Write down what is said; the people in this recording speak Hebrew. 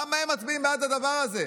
למה הם מצביעים בעד הדבר הזה?